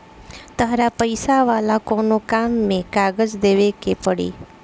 तहरा पैसा वाला कोनो काम में कागज देवेके के पड़ी